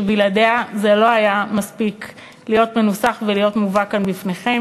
שבלעדיה הצעת החוק לא היה מספיקה להיות מנוסחת ולהיות מובאת כאן בפניכם.